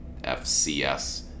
FCS